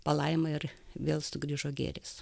palaima ir vėl sugrįžo gėris